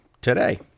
today